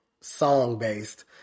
song-based